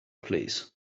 plîs